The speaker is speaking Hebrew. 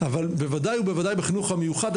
אבל בוודאי ובוודאי בחינוך המיוחד.